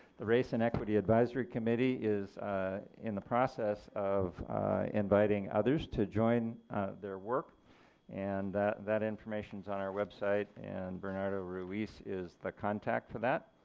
the race and equity advisory committee is ah in the process of inviting others to join their work and that that information is on our website and bernardo ruiz is the contact for that.